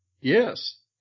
Yes